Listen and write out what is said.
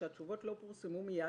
שהתשובות לא פורסמו מיד,